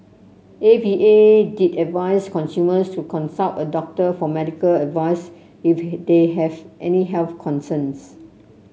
A V A did advice consumers to consult a doctor for medical advice if they have any health concerns